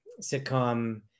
sitcom